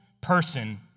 person